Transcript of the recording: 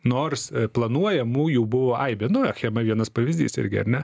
nors planuojamų jų buvo aibė nu achema vienas pavyzdys irgi ar ne